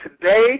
today